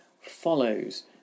follows